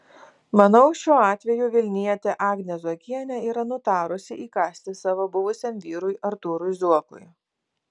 manau šiuo atveju vilnietė agnė zuokienė yra nutarusi įkąsti savo buvusiam vyrui artūrui zuokui